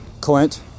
Clint